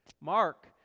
Mark